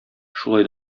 шулай